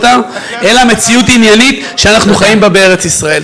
אלא מציאות עניינית שאנחנו חיים בה בארץ-ישראל.